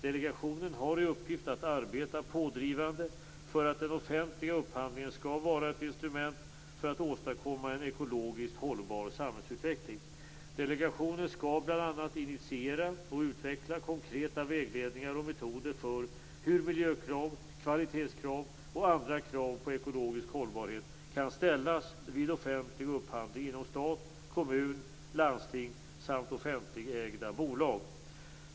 Delegationen har i uppgift att arbeta pådrivande för att den offentliga upphandlingen skall vara ett instrument för att åstadkomma en ekologiskt hållbar samhällsutveckling. Delegationen skall bl.a. initiera och utveckla konkreta vägledningar och metoder för hur miljökrav, kvalitetskrav och andra krav på ekologisk hållbarhet kan ställas vid offentlig upphandling inom stat, kommun, landsting samt offentligtägda bolag.